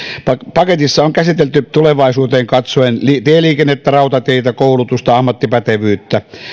paketissa on käsitelty tulevaisuuteen katsoen tieliikennettä rautateitä koulutusta ammattipätevyyttä